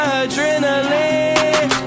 adrenaline